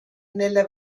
nella